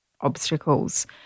obstacles